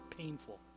painful